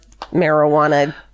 marijuana